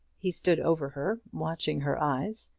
he stood over her, watching her eyes,